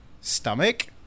stomach